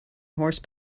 horse